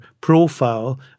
profile